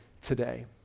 today